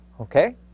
okay